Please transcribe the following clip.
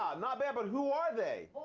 ah not bad, but who are they?